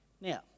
Now